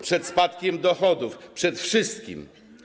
przed spadkiem dochodów, przed wszystkim.